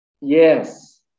yes